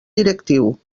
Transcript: directiu